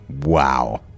Wow